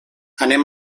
anem